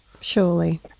Surely